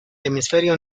hemisferio